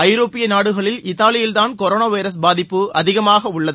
ஐரோப்பிய நாடுகளில் இத்தாலியில் தான் கொரோனா வைரஸ் பாதிப்பு அதிகமாக உள்ளது